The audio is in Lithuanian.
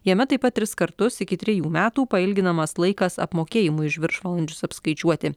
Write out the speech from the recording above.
jame taip pat tris kartus iki trejų metų pailginamas laikas apmokėjimui už viršvalandžius apskaičiuoti